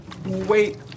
Wait